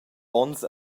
onns